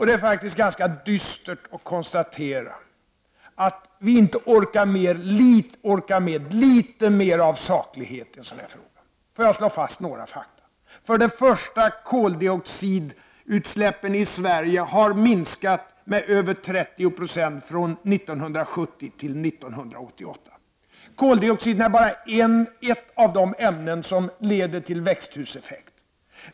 Det är faktiskt ganska dystert att konstatera att vi inte orkar med litet mer av saklighet i en sådan här fråga. Får jag slå fast några fakta: Koldioxidutsläppen i Sverige har minskat med över 30 90 från 1970 till 1988. Koldioxiden är bara ett av de ämnen som leder till växthuseffekt.